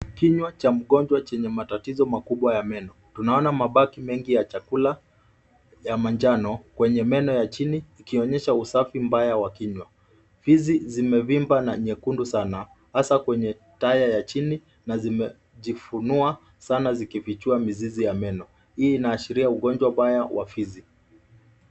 Kinywa cha mgonjwa chenye matatizo makubwa ya meno. Tunaona mabaki mengi ya chakula ya manjano kwenye meno ya chini, ikionyesha usafi mbaya wa kinywa. Fizi zimevimba na nyekundu sana, hasa kwenye taya ya chini na zimejifunua sana zikifichua mizizi ya meno. Hii inaashira ugonjwa mbaya wa fizi.